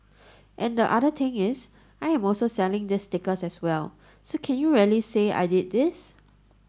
and the other thing is I'm also selling these stickers as well so can you really say I did these